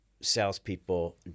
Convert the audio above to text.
salespeople